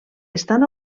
estan